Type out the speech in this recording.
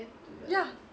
ya